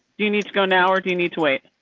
do you need to go now or do you need to wait?